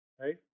right